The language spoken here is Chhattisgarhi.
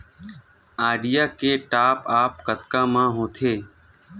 आईडिया के टॉप आप कतका म होथे?